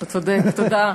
אתה צודק, תודה,